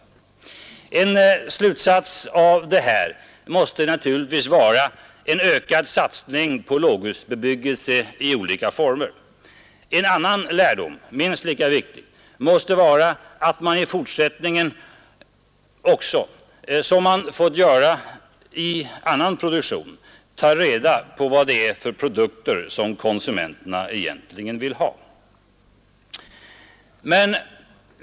En slutsats av detta måste naturligtvis vara en ökad satsning på låghusbebyggelse i olika former. En annan lärdom, minst lika viktig, måste vara att man också i fortsättningen som man fått göra i annan produktion tar reda på vad det är för produkter som konsumenterna egentligen vill ha.